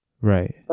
Right